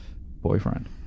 boyfriend